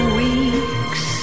weeks